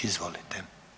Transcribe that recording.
Izvolite.